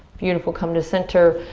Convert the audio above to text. beautiful, come to center.